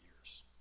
years